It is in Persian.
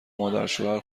مادرشوهر